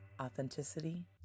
authenticity